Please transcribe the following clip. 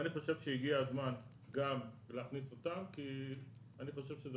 ואני חושב שהגיע הזמן גם להכניס אותם כי אני חושב שזה